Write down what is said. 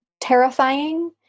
terrifying